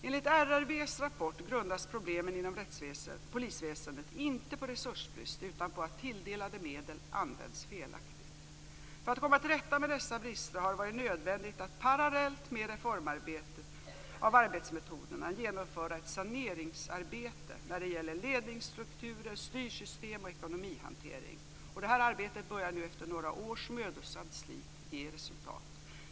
Enligt RRV:s rapport grundas problemen inom polisväsendet inte på resursbrist utan på att tilldelade medel används felaktigt. För att komma till rätta med dessa brister har det varit nödvändigt att parallellt med reformarbetet vad beträffar arbetsmetoderna genomföra ett saneringsarbete när det gäller ledningsstrukturer, styrsystem och ekonomihantering. Detta arbete börjar nu efter några års mödosamt slit ge resultat.